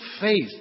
faith